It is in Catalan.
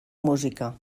música